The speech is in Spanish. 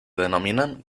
denominan